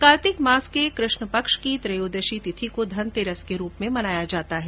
कार्तिक मास के कृष्ण पक्ष की त्रयोदशी तिथि को धनतेरस मनाया जाता है